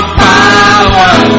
power